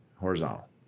horizontal